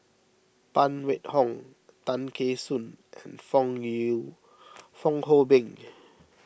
Phan Wait Hong Tay Kheng Soon and Fong Fong Hoe Beng